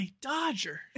dodger